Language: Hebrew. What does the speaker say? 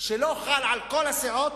שלא חל על כל הסיעות,